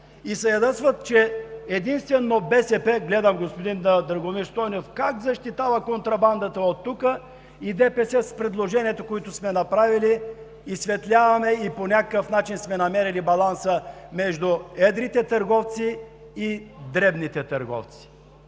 и се ядосват, че единствено БСП, гледам господин Драгомир Стойнев, защитава контрабандата оттук. ДПС с предложенията, които сме направили, изсветляваме и по някакъв начин сме намерили баланса между едрите и дребните търговци.